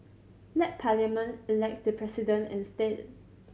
let Parliament elect the President instead